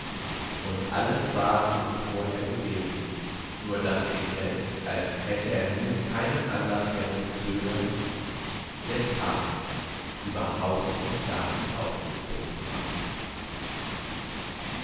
und alles war wie es vorher gewesen nur daß indes als hätte er nun keinen anlaß mehr zu zögern der tag über haus und garten aufgezogen war